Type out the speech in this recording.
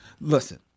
listen